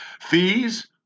Fees